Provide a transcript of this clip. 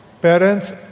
Parents